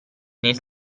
nel